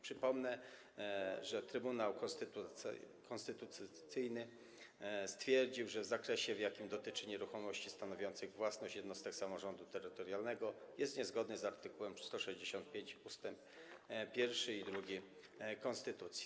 Przypomnę, że Trybunał Konstytucyjny stwierdził, że w zakresie, w jakim dotyczy nieruchomości stanowiących własność jednostek samorządu terytorialnego, jest niezgodny z art. 165 ust. 1 i 2 konstytucji.